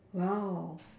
wow